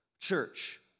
church